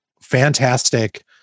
fantastic